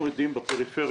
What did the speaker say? אנחנו עדים בפריפריה